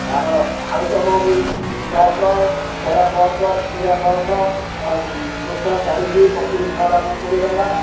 ଆମର ଆଳୁ ଚପ ହେଉଛି ଦଶ ବରା ଦଶ ସିଙ୍ଗଡ଼ା ଦଶ ଦୋସା ଚାଳିଶ ପକୁଡ଼ି ଶହେ ଗ୍ରାମକୁ କୋଡ଼ିଏ ଟଙ୍କା